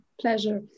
pleasure